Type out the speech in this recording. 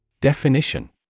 Definition